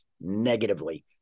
negatively